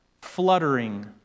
fluttering